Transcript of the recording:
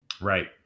Right